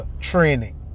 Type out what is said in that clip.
training